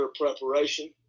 preparation